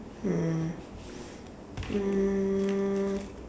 um um